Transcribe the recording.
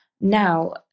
now